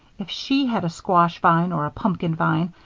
if she had a squash vine, or a pumpkin vine,